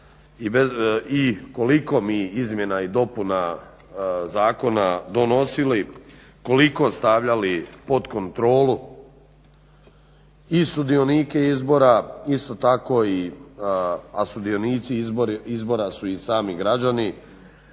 i koliko mi izmjena i dopuna zakona donosili, koliko stavljali pod kontrolu i sudionike izbora, a sudionici izbora su i sami građani